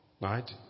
Right